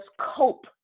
cope